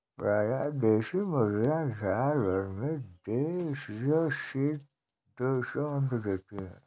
प्रायः देशी मुर्गियाँ साल भर में देढ़ सौ से दो सौ अण्डे देती है